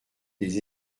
des